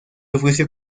ofreció